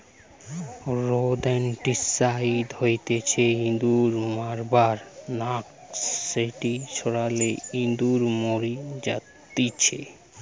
rodenticide হতিছে ইঁদুর মারার নাশক যেটি ছড়ালে ইঁদুর মরি জাতিচে